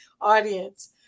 audience